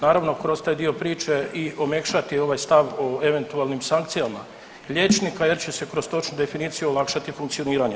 Naravno, kroz taj dio priče i omekšati ovaj stav o eventualnim sankcijama liječnika jer će se kroz točnu definiciju olakšati funkcioniranje.